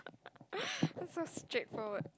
so straight forward